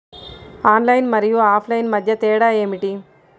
Online మరియు offline మధ్య తేడా ఏమిటీ?